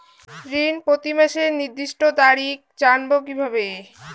ঋণ প্রতিমাসের নির্দিষ্ট তারিখ জানবো কিভাবে?